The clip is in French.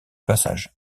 passage